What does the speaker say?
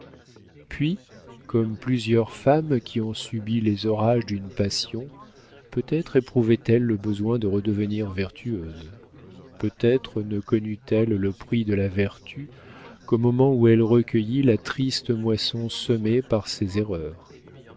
puis comme plusieurs femmes qui ont subi les orages d'une passion peut-être éprouvait elle le besoin de redevenir vertueuse peut-être ne connut elle le prix de la vertu qu'au moment où elle recueillit la triste moisson semée par ses erreurs